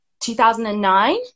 2009